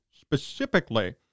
specifically